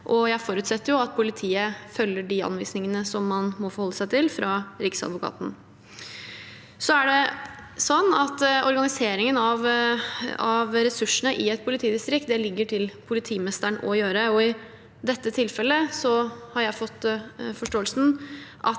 jeg forutsetter at politiet følger de anvisningene som man må forholde seg til fra Riksadvokaten. Organiseringen av ressursene i et politidistrikt ligger til politimesteren, og i dette tilfellet har jeg fått forståelse av at